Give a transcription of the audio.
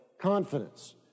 confidence